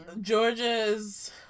Georgia's